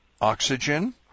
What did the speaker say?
Oxygen